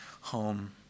home